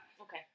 Okay